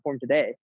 today